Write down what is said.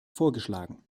vorgeschlagen